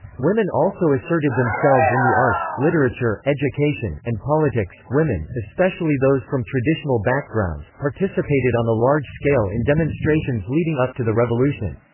women also asserted themselves in the arts, literature, education, and politics women especially those from traditional backgrounds participated on a large scale in demonstrations leading up to the revolution.